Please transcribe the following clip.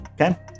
okay